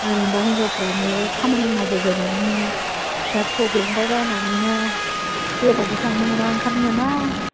ओरैनोबा हिनजावफ्रा न'आव खामानि मावबाय बायनानैनो फिसा फिसौ बेंबाय बायनानैनो जेरावबो थांनो मोना ओंखारनो मोना